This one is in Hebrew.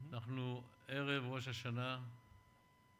אנחנו ערב ראש השנה תשע"ד,